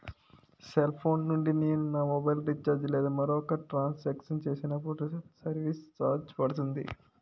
Cell phone నుండి నేను నా మొబైల్ రీఛార్జ్ లేదా మరొక ట్రాన్ సాంక్షన్ చేసినప్పుడు సర్విస్ ఛార్జ్ పడుతుందా?